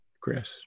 Chris